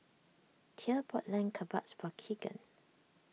thea bought Lamb Kebabs for Keegan